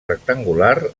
rectangular